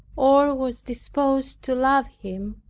or was disposed to love him,